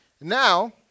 Now